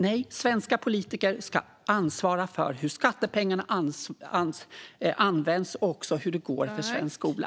Nej, svenska politiker ska ansvara för hur skattepengarna används och för hur det går för svensk skola.